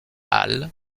hale